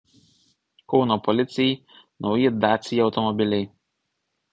kauno policijai nauji dacia automobiliai